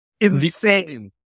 insane